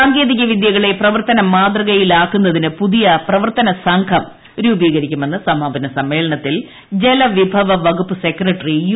സാങ്കേതിക വിദ്യ കളെ പ്രവർത്തന മാതൃക്യിലാക്കുന്നതിന് പുതിയ പ്രവർത്തന സംഘം രൂപീകരിക്കുമെ്ന്ന് സമാപന സമ്മേളനത്തിൽ ജലവിഭവ വകുപ്പ് സെക്രട്ടറി യു